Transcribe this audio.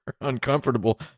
uncomfortable